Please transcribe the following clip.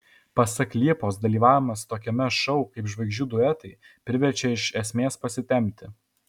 pasak liepos dalyvavimas tokiame šou kaip žvaigždžių duetai priverčia iš esmės pasitempti